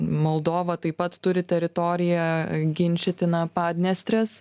moldova taip pat turi teritoriją ginčytiną padniestrės